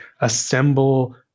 assemble